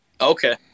Okay